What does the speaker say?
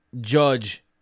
judge